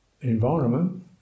environment